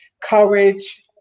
courage